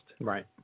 Right